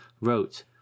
wrote